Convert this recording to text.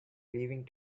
leaving